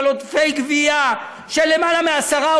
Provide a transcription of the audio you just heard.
על עודפי גבייה של יותר מ-10,